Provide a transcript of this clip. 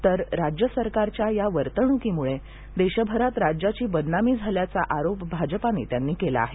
तर राज्य सरकारच्या या वर्तणुकीमुळे देशभरात राज्याची बदनामी झाल्याचा आरोप भाजपा नेत्यांनी केला आहे